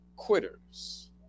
quitters